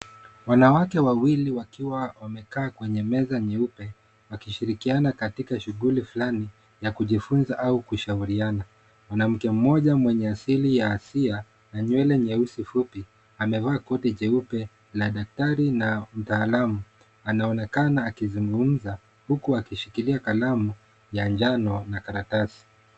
Wanawake wawili wakiwa wamekaa kwenye meza nyeupe wakishirikiana katika shughuli fulani ya kujifunza au kushauriana. Mwanamke mmoja mwenye asili ya Asia na nywele nyeusi fupi na amevaa koti jeupe la daktari na mtaalamu anaonekana akizungumza huku akishikilia kalamu ya njano na karatasi.